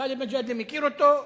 גאלב מג'אדלה מכיר אותו,